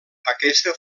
aquesta